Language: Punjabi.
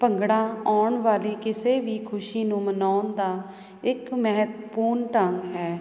ਭੰਗੜਾ ਆਉਣ ਵਾਲੀ ਕਿਸੇ ਵੀ ਖੁਸ਼ੀ ਨੂੰ ਮਨਾਉਣ ਦਾ ਇੱਕ ਮਹੱਤਵਪੂਰਨ ਢੰਗ ਹੈ